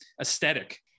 aesthetic